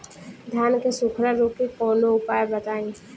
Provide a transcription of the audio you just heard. धान के सुखड़ा रोग के कौनोउपाय बताई?